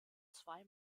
zwei